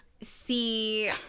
see